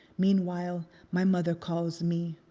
meanwhile my mother calls me.